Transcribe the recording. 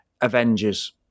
Avengers